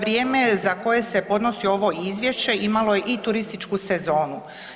Vrijeme za koje se podnosi ovo izvješće imalo je i turističku sezonu.